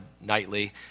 nightly